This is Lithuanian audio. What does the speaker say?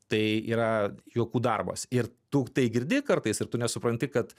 tai yra juokų darbas ir tu tai girdi kartais ir tu nesupranti kad